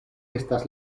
estas